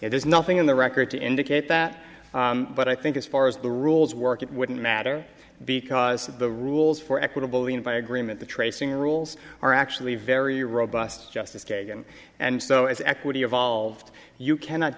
t there's nothing in the record to indicate that but i think as far as the rules work it wouldn't matter because the rules for equitable and by agreement the tracing rules are actually very robust justice kagan and so as equity evolved you cannot